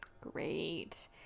Great